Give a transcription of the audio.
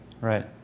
right